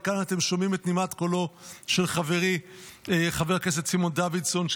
וכאן אתם שומעים את נימת קולו של חברי חבר הכנסת סימון דוידסון,